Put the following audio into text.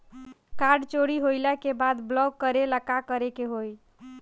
Card चोरी होइला के बाद ब्लॉक करेला का करे के होई?